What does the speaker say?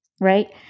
right